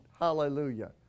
Hallelujah